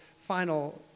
final